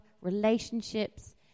relationships